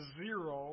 zero